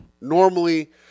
normally